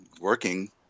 working